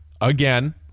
again